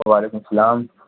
وعلیکم السلام